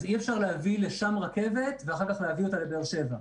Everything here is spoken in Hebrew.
אז אי אפשר להביא לשם רכבת ואחר כך להביא אותה לבאר שבע.